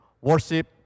worship